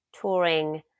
touring